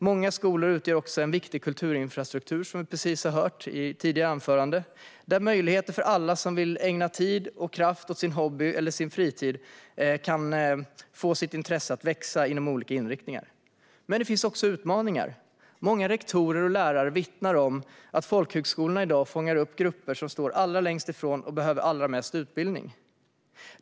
Många skolor utgör också en viktig kulturinfrastruktur, vilket vi också har hört i tidigare anföranden, där möjligheter ges till alla som vill att ägna tid och kraft åt en hobby eller fritid kan få sitt intresse att växa inom olika inriktningar. Det finns dock också utmaningar. Många rektorer och lärare vittnar om att folkhögskolorna i dag fångar upp grupper som står allra längst ifrån och behöver allra mest utbildning.